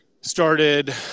Started